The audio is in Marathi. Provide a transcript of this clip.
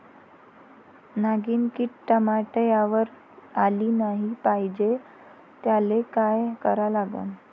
नागिन किड टमाट्यावर आली नाही पाहिजे त्याले काय करा लागन?